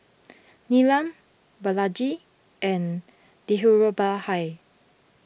Neelam Balaji and Dhirubhai